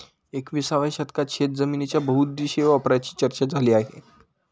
एकविसाव्या शतकात शेतजमिनीच्या बहुउद्देशीय वापराची चर्चा झाली आहे